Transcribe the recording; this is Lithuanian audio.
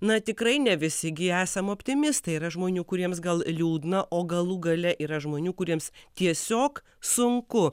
na tikrai ne visi gi esam optimistai yra žmonių kuriems gal liūdna o galų gale yra žmonių kuriems tiesiog sunku